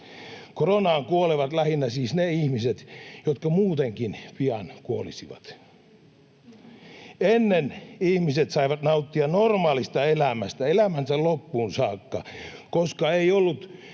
Koronaan kuolevat lähinnä siis ne ihmiset, jotka muutenkin pian kuolisivat. Ennen ihmiset saivat nauttia normaalista elämästä elämänsä loppuun saakka, koska ei ollut